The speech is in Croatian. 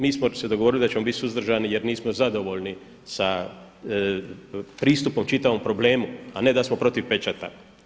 Mi smo se dogovorili da ćemo biti suzdržani jer nismo zadovoljni sa pristupom čitavom problemu, a ne da smo protiv pečata.